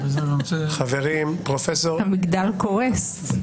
המגדר קורס.